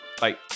Bye